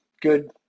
good